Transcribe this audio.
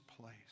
place